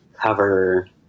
cover